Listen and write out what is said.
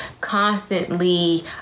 constantly